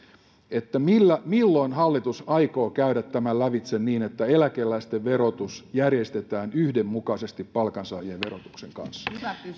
milloin hallitus aikoo käydä tämän lävitse niin että eläkeläisten verotus järjestetään yhdenmukaisesti palkansaajien verotuksen kanssa